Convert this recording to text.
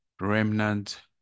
remnant